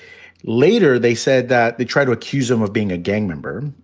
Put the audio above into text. later they said that they tried to accuse him of being a gang member,